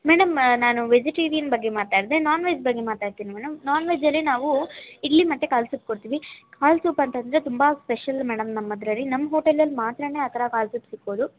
madam ನಾನು vegetarian ಬಗ್ಗೆ ಮಾತಾಡಿದೆ ನಾನ್ ವೆಜ್ ಬಗ್ಗೆ ಮಾತಾಡ್ತೀನಿ ಮೇಡಮ್ ನಾನ್ ವೆಜ್ಜಲ್ಲಿ ನಾವು ಇಡ್ಲಿ ಮತ್ತು ಕಾಲ್ ಸೂಪ್ ಕೊಡ್ತೀವಿ ಕಾಲ್ ಸೂಪ್ ಅಂತಂದರೆ ತುಂಬ ಸ್ಪೆಷಲ್ ಮೇಡಮ್ ನಮ್ಮದರಲ್ಲಿ ನಮ್ಮ ಹೋಟೆಲಲ್ಲಿ ಮಾತ್ರ ಆ ಥರ ಕಾಲ್ ಸೂಪ್ ಸಿಕ್ಕೋದು